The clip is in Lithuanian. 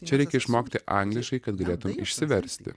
čia reikia išmokti angliškai kad galėtum išsiversti